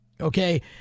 Okay